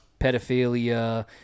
pedophilia